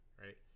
right